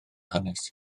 hanes